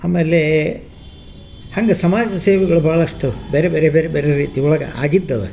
ಆಮೇಲೆ ಹಂಗೆ ಸಮಾಜ ಸೇವೆಗಳು ಭಾಳಷ್ಟು ಬೇರೆ ಬೇರೆ ಬೇರೆ ಬೇರೆ ರೀತಿ ಒಳಗೆ ಆಗಿದ್ದವು